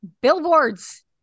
billboards